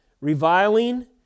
reviling